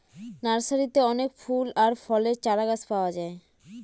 নার্সারিতে অনেক ফুল আর ফলের চারাগাছ পাওয়া যায়